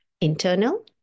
internal